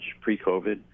pre-COVID